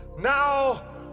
now